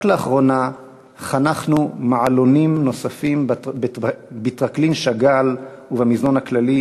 רק לאחרונה חנכנו מעלונים נוספים בטרקלין שאגאל ובמזנון הכללי,